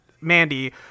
Mandy